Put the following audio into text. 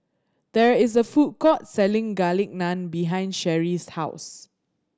there is a food court selling Garlic Naan behind Sherri's house